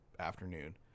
afternoon